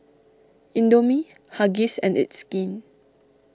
Indomie Huggies and It's Skin